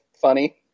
Funny